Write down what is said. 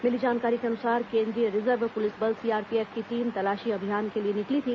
मिली जानकारी के अनुसार केंद्रीय रिजर्व पुलिस बल सीआरपीएफ की टीम तलाशी अभियान के लिए निकली थी